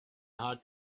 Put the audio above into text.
heart